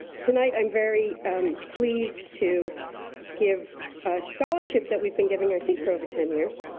tonight i'm very pleased to give a scholarship that we've been giving i think for over ten years,